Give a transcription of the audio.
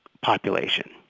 population